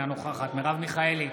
אינה נוכחת מרב מיכאלי,